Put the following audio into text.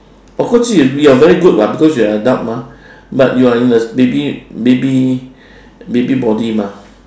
of course you are very good [what] cause we are adult mah but you are in a baby baby baby body mah